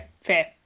fair